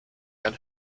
ein